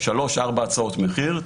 שלוש-ארבע הצעות מחיר,